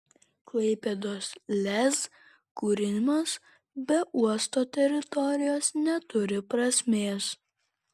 klaipėdos lez kūrimas be uosto teritorijos neturi prasmės